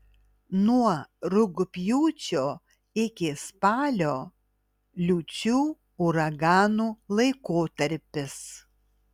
nuo rugpjūčio iki spalio liūčių uraganų laikotarpis